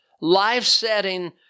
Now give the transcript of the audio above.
life-setting